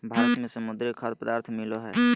भारत में समुद्री खाद्य पदार्थ मिलो हइ